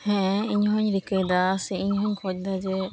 ᱦᱮᱸ ᱤᱧ ᱦᱚᱧ ᱨᱤᱠᱟᱹᱭᱮᱫᱟ ᱥᱮ ᱤᱧ ᱦᱚᱧ ᱠᱷᱚᱡᱽ ᱫᱟ ᱡᱮ